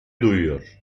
duyuyor